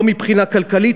לא מבחינה כלכלית,